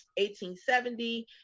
1870